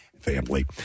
family